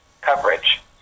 coverage